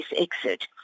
exit